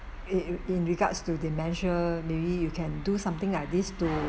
in in in regards to dementia maybe you can do something like this to